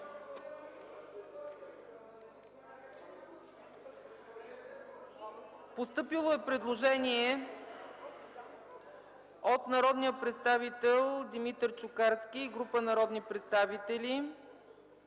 Постъпило е предложение от народния представител Димитър Чукарски и група народни представители